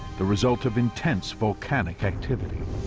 the result of intense volcanic activity.